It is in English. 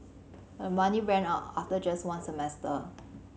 but the money ran out after just one semester